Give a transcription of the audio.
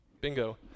Bingo